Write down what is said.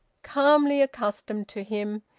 calmly accustomed to him,